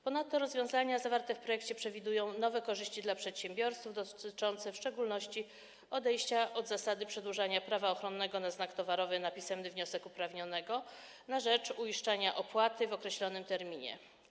Ponadto rozwiązania zawarte w projekcie przewidują nowe korzyści dla przedsiębiorców dotyczące w szczególności odejścia od zasady przedłużania prawa ochronnego na znak towarowy na pisemny wniosek uprawnionego na rzecz uiszczania opłaty w określonym terminie.